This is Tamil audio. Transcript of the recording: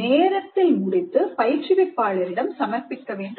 நேரத்தில் முடித்து பயிற்றுவிப்பாளர் இடம் சமர்ப்பிக்கவேண்டும்